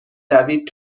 دوید